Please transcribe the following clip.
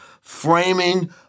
framing